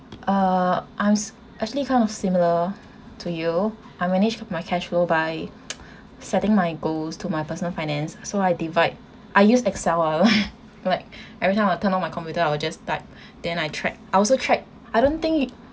uh I'm s~ actually kind of similar to you I managed my cashflow by setting my goals to my personal finance so I divide I use Excel like every time I turn on my computer I will just type then I track I also track I don't think